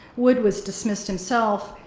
wood was dismissed himself,